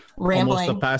rambling